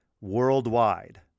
worldwide